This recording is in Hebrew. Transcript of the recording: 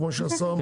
כן.